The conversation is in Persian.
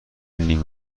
نیم